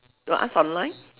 you ask online